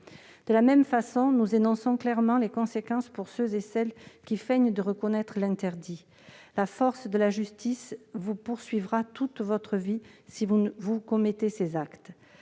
De la même façon, nous énonçons clairement les conséquences pour ceux qui feignent de reconnaître l'interdit :« La force de la justice vous poursuivra toute votre vie si vous commettez ces actes.